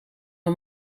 een